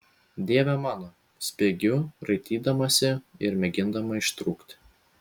dieve mano spiegiu raitydamasi ir mėgindama ištrūkti